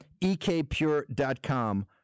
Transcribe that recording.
ekpure.com